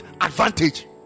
advantage